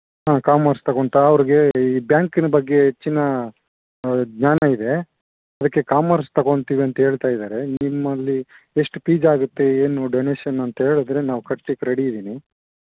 ಹಾಂ ಕಾಮರ್ಸ್ ತಗೋತಾ ಅವರಿಗೆ ಈ ಬ್ಯಾಂಕಿನ ಬಗ್ಗೆ ಹೆಚ್ಚಿನ ಜ್ಞಾನ ಇದೆ ಅದಕ್ಕೆ ಕಾಮರ್ಸ್ ತಗೋತೀವಿ ಅಂತ ಹೇಳ್ತಾ ಇದಾರೆ ನಿಮ್ಮಲ್ಲಿ ಎಷ್ಟು ಪೀಸ್ ಆಗುತ್ತೆ ಏನು ಡೊನೇಷನ್ನು ಅಂತ ಹೇಳದ್ರೆ ನಾವು ಕಟ್ಲಿಕ್ಕೆ ರೆಡಿ ಇದೀನಿ